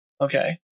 Okay